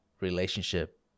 relationship